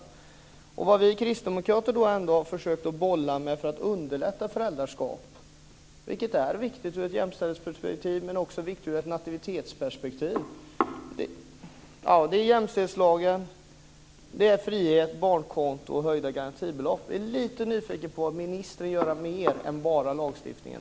Vi kristdemokrater har ändå försökt att bolla med några saker för att underlätta föräldraskap. Det är viktigt ur ett jämställdhetsperspektiv men också ur ett nativitetsperspektiv. Det är jämställdhetslagen, frihet, barnkonto och höjda garantibelopp. Jag är lite nyfiken på vad ministern vill göra mer utöver lagstiftningen.